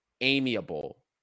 amiable